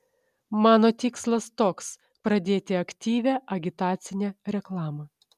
mano tikslas toks pradėti aktyvią agitacinę reklamą